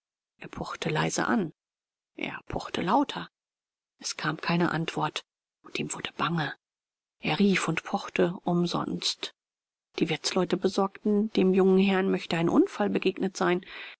er pochte leise an er pochte lauter es kam keine antwort und ihm wurde bange er rief und pochte umsonst die wirtsleute besorgten dem jungen herrn möchte ein unfall begegnet sein